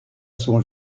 son